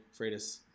Freitas